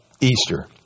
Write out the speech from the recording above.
Easter